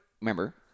remember